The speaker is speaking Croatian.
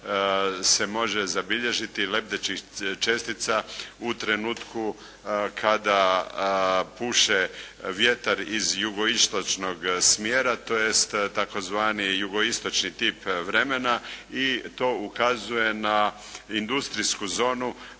se može zabilježiti lebdećih čestica u trenutku kada puše vjetar iz jugoistočnog smjera tj. tzv. jugoistočni tip vremena i to ukazuje na industrijsku zonu